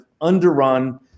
underrun